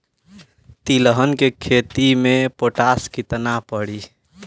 तिलहन के खेती मे पोटास कितना पड़ी?